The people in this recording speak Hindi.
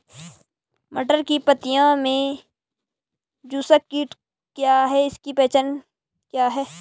मटर की पत्तियों में पत्ती चूसक कीट क्या है इसकी क्या पहचान है?